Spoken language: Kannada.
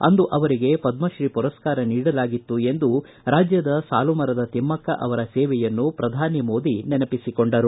ಅಂದು ಅವರಿಗೆ ಪದ್ದಶ್ರೀ ಪುರಸ್ಕಾರ ನೀಡಲಾಗಿತ್ತು ಎಂದು ರಾಜ್ಯದ ಸಾಲು ಮರದ ತಿಮಕ್ಷ ಅವರ ಸೇವೆಯನ್ನು ಪ್ರಧಾನಿ ಮೋದಿ ನೆನಪಿಸಿಕೊಂಡರು